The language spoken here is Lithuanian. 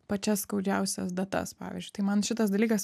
pačias skaudžiausias datas pavyzdžiui tai man šitas dalykas